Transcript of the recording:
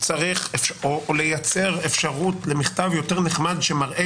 צריך או לייצר אפשרות למכתב יותר נחמד שמראה